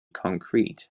concrete